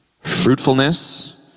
fruitfulness